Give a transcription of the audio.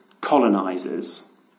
colonizers